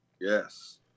Yes